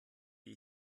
die